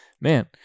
Man